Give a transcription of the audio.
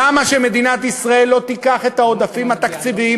למה שמדינת ישראל לא תיקח את העודפים התקציביים